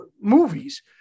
movies